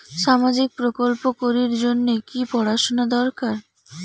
সামাজিক প্রকল্প করির জন্যে কি পড়াশুনা দরকার?